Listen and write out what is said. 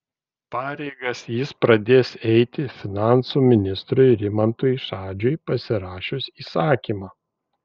pareigas jis pradės eiti finansų ministrui rimantui šadžiui pasirašius įsakymą